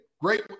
Great